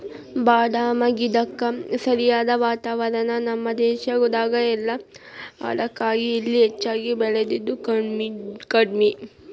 ಬಾದಾಮ ಗಿಡಕ್ಕ ಸರಿಯಾದ ವಾತಾವರಣ ನಮ್ಮ ದೇಶದಾಗ ಇಲ್ಲಾ ಅದಕ್ಕಾಗಿ ಇಲ್ಲಿ ಹೆಚ್ಚಾಗಿ ಬೇಳಿದು ಕಡ್ಮಿ